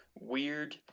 weird